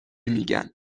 میگن